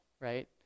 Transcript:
right